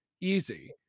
easy